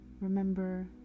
Remember